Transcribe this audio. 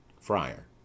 Friar